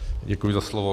Děkuji za slovo.